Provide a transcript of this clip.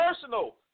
personal